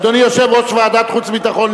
אדוני יושב-ראש ועדת החוץ והביטחון,